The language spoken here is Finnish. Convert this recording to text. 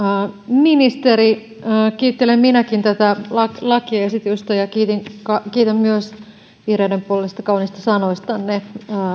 ministeri kiittelen minäkin tätä lakiesitystä ja kiitän myös vihreiden puolesta kauniista sanoistanne